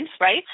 Right